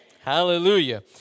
Hallelujah